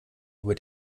über